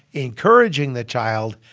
encouraging the child,